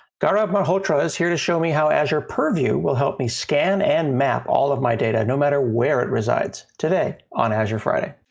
gaurav malhotra is here to show me how azure purview will help me scan and map all of my data no matter where it resides today, on azure friday.